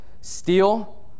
steal